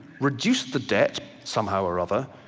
reduce the debt somehow or other,